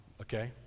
okay